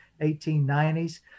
1890s